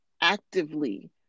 actively